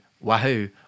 wahoo